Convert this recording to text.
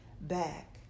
back